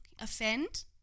offend